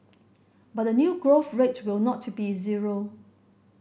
but the new growth rate will not be zero